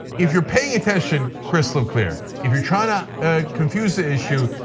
if you're paying attention crystal clear, if you tryna confuse the issue,